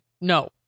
No